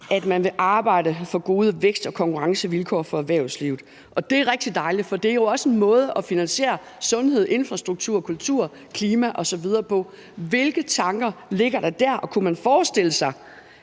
at man vil arbejde for gode vækst- og konkurrencevilkår for erhvervslivet. Det er rigtig dejligt, for det er jo også en måde at finansiere sundhed, infrastruktur, kultur, klima osv. på. Hvilke tanker ligger der dér, og kunne man forestille sig,